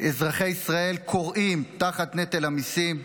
אזרחי ישראל כורעים תחת נטל המיסים,